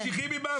ממשיכים עם מה?